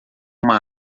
uma